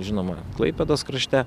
žinoma klaipėdos krašte